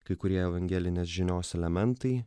kai kurie evangelinės žinios elementai